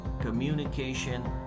communication